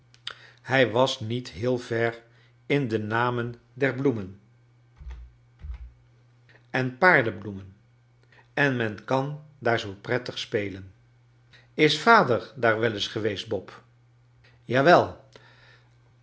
hij was niet heel ver in de namen der bloemen en paardebloemen en men kan daar zoo prettig spelen is vader daar wel eens o eweest bob jawel